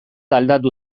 aldatu